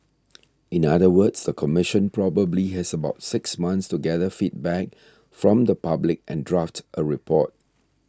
in other words the Commission probably has about six months to gather feedback from the public and draft a report